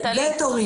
נטלי.